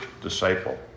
disciple